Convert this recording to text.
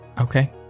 Okay